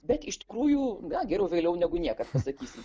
bet iš tikrųjų gal geriau vėliau negu niekad pasakysiu